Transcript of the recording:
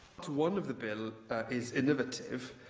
one of the bill is innovative,